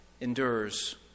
endures